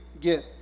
get